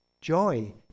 joy